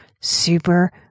super